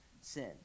sin